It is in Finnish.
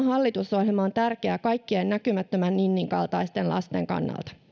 hallitusohjelma on tärkeä kaikkien näkymättömän ninnin kaltaisten lasten kannalta